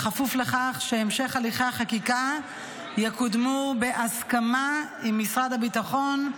זה בכפוף לכך שבהמשך הליכי החקיקה יקודמו בהסכמה עם משרד הביטחון,